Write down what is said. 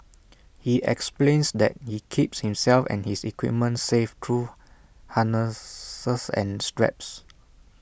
he explains that he keeps himself and his equipment safe through harnesses and straps